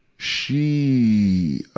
she,